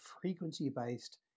frequency-based